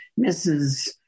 Mrs